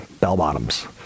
bell-bottoms